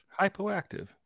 hypoactive